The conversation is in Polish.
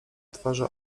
twarze